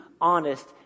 honest